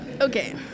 Okay